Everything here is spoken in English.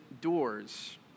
doors